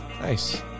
Nice